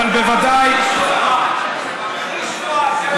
אבל בוודאי, אתה מכחיש שואה, זה מה שאתה.